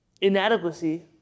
inadequacy